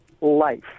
Life